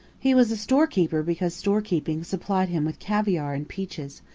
he was a store-keeper because store-keeping supplied him with caviare and peaches,